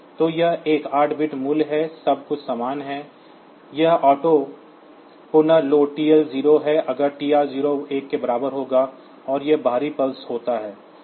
तो यह एक 8 बिट मूल्य है सब कुछ समान है यह ऑटो पुनः लोड TL0 है अगर TR0 1 के बराबर होगा और यह बाहरी पल्स होता है